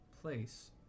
place